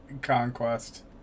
Conquest